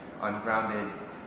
ungrounded